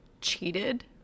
cheated